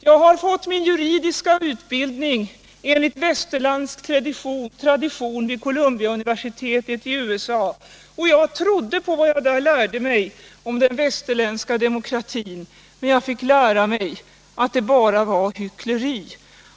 Jag har fått rain juridiska utbildning enligt västerländsk tradition vid Columbiauniversitetet i USA, och jag trodde på vad jag där lärde mig om den västerländska demokratin. Men jag fick lära mig att det bara var hyckleri.